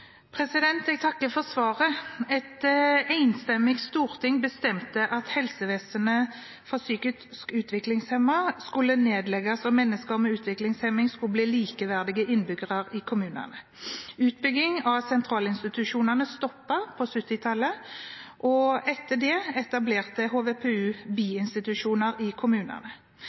Jeg takker for svaret. Et enstemmig storting bestemte at Helsevernet for psykisk utviklingshemmede skulle nedlegges og mennesker med utviklingshemning skulle bli likeverdige innbyggere i kommunene. Utbygging av sentralinstitusjonene stoppet på 1970-tallet, og etter det etablerte HVPU biinstitusjoner i kommunene.